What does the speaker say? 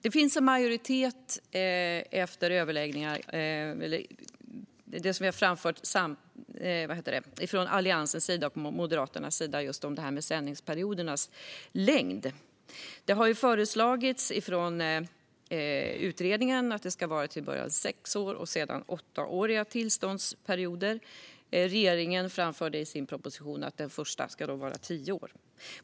Det finns efter överläggningarna en majoritet för det som Alliansen och Moderaterna har framfört om sändningsperiodernas längd. Utredningen har föreslagit att sändningsperioderna ska vara sex år till en början och sedan åtta år. Regeringen framförde i sin proposition att den första sändningsperioden ska vara tio år.